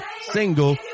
single